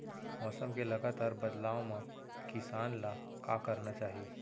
मौसम के लगातार बदलाव मा किसान ला का करना चाही?